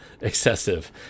excessive